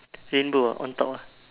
rainbow ah on top ah